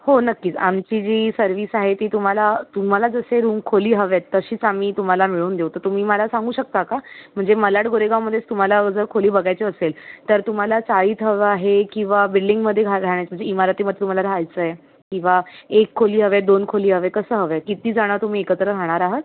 हो नक्कीच आमची जी सर्विस आहे ती तुम्हाला तुम्हाला जसे रूम खोली हव्या आहेत तशीच आम्ही तुम्हाला मिळवून देऊ तर तुम्ही मला सांगू शकता का म्हणजे मालाड गोरेगावमध्येच तुम्हाला जर खोली बघायची असेल तर तुम्हाला चाळीत हवं आहे किंवा बिल्डिंगमध्ये घा राहाण्याचा म्हणजे इमारतीमध्ये तुम्हाला राहायचं आहे किंवा एक खोली हवे आहे दोन खोली हवे आहे कसं हवे आहे कित्तीजणं तुम्ही एकत्र राहणार आहात